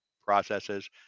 processes